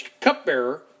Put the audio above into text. cupbearer